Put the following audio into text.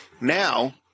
Now